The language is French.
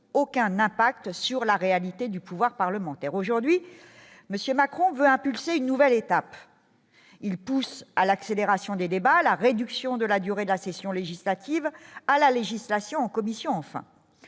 aucun impact sur la réalité du pouvoir parlementaire aujourd'hui monsieur Macron veut impulser une nouvelle étape il poussent à l'accélération des débats, la réduction de la durée de la session législative à la législation en commission enfin,